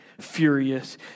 furious